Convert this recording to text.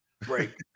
break